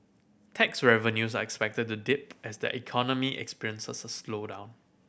tax revenues are expected to dip as the economy experiences a slowdown